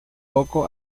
poco